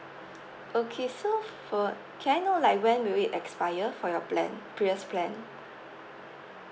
okay so for can I know like when will it expire for your plan previous plan